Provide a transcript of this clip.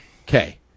Okay